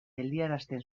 geldiarazten